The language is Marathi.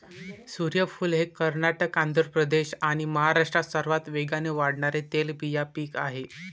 सूर्यफूल हे कर्नाटक, आंध्र प्रदेश आणि महाराष्ट्रात सर्वात वेगाने वाढणारे तेलबिया पीक आहे